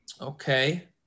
okay